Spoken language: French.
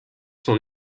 sont